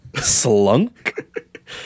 Slunk